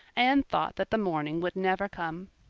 anne thought that the morning would never come.